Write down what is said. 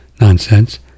nonsense